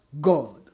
God